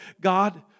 God